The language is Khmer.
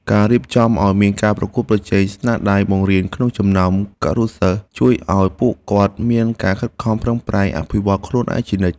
ការរៀបចំឱ្យមានការប្រកួតប្រជែងស្នាដៃបង្រៀនក្នុងចំណោមគរុសិស្សជួយឱ្យពួកគាត់មានការខិតខំប្រឹងប្រែងអភិវឌ្ឍខ្លួនឯងជានិច្ច។